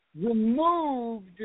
removed